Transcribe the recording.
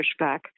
pushback